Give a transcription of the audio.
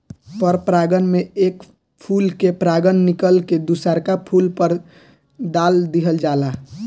पर परागण में एक फूल के परागण निकल के दुसरका फूल पर दाल दीहल जाला